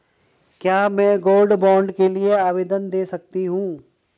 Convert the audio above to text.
क्या मैं gold bond के लिए आवेदन दे सकती हूँ?